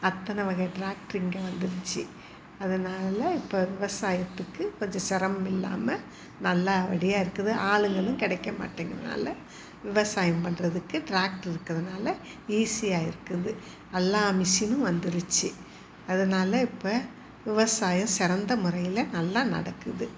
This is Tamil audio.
அத்தனை வகை டிராக்ட்ரு இங்கே வந்துடுச்சி அதனால இப்போ விவசாயத்துக்கு கொஞ்சம் சிரமம் இல்லாமல் நல்லபடியாக இருக்குது ஆளுங்களும் கிடைக்கமாட்டேங்கிறனால விவசாயம் பண்ணுறதுக்கு டிராக்ட்ரு இருக்கிறதுனால ஈஸியாக இருக்குது எல்லா மிஷினும் வந்துடுச்சி அதனால் இப்போ விவசாயம் சிறந்த முறையில் நல்லா நடக்குது